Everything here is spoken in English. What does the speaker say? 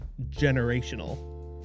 generational